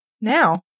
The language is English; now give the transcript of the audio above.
Now